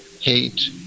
hate